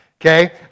okay